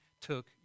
took